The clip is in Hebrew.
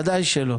ודאי שלא.